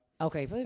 Okay